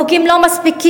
החוקים לא מספיקים,